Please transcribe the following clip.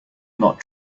not